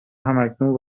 همکنون